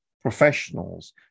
professionals